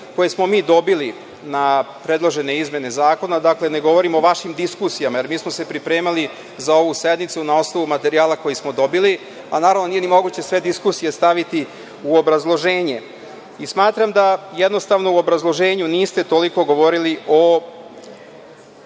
koje smo mi dobili na predložene izmene zakona, dakle, ne govorim o vašim diskusijama, jer mi smo se pripremali za ovu sednicu na osnovu materijala koji smo dobili, a naravno nije ni moguće sve diskusije staviti u obrazloženje i smatram da, jednostavno, u obrazloženju niste toliko govorili o